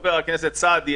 חבר הכנסת סעדי,